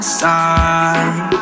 side